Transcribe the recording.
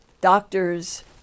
doctors